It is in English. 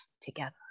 together